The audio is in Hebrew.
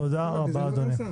תודה רבה, אדוני.